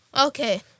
Okay